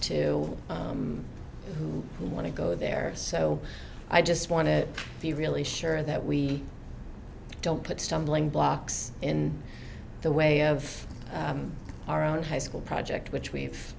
to who we want to go there so i just want to be really sure that we don't put stumbling blocks in the way of our own high school project which we've